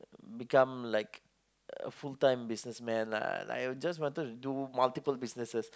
become like a full-time businessman lah like I just wanted to do multiple businesses